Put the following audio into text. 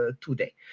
today